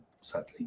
sadly